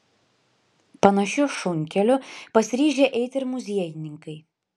panašiu šunkeliu pasiryžę eiti ir muziejininkai